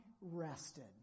rested